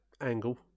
angle